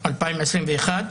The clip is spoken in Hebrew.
2021,